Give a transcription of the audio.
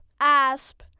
ASP